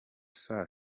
saa